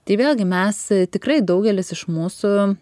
tai vėlgi mes tikrai daugelis iš mūsų